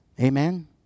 Amen